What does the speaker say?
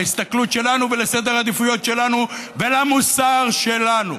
להסתכלות שלנו ולסדר העדיפויות שלנו ולמוסר שלנו.